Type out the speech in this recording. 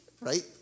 right